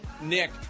Nick